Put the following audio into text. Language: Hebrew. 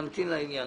נמתין לזה.